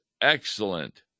excellent